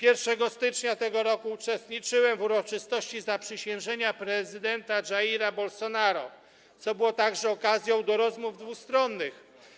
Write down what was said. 1 stycznia tego roku uczestniczyłem w uroczystości zaprzysiężenia prezydenta Jaira Bolsonaro, co było także okazją do rozmów dwustronnych.